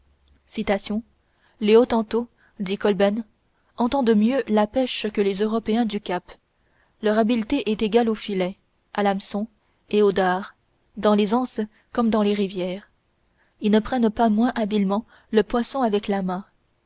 les hottentots dit kolben entendent mieux la pêche que les européens du cap leur habileté est égale au filet à l'hameçon et au dard dans les anses comme dans les rivières ils ne prennent pas moins habilement le poisson avec la main